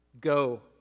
Go